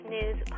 News